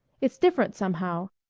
it's different somehow.